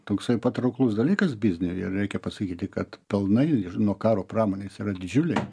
toksai patrauklus dalykas bizniui ir reikia pasakyti kad pelnai ir nuo karo pramonės yra didžiuliai